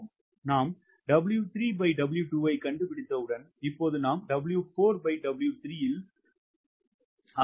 நாம் 𝑊3W2 ஐ கண்டுபிடித்தவுடன் இப்போது நாம் W4W3 இல் ஆர்வமாக உள்ளோம்